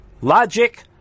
Logic